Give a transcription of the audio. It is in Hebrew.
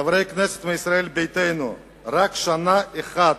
חברי הכנסת מישראל ביתנו, רק שנה אחת,